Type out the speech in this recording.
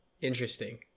interesting